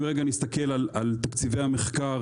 אם נסתכל על תקציבי המחקר